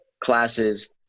classes